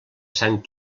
sant